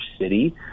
city